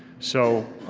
so